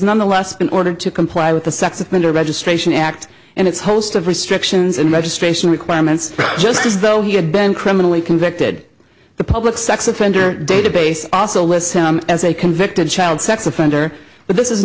nonetheless been ordered to comply with the sex offender registration act and its host of restrictions and registration requirements just as though he had been criminally convicted the public sex offender database also lists him as a convicted child sex offender but this is